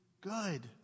good